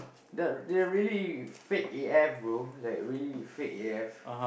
that they're really fake A_F bro like really fake A_F